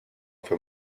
für